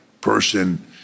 person